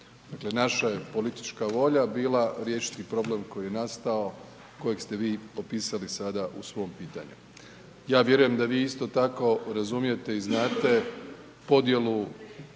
Dakle, naša je politička volja bila riješiti problem koji je nastao, kojeg ste vi opisali sada u svom pitanju. Ja vjerujem da vi isto tako razumijete i znate podjelu